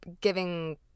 giving